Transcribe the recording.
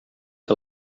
que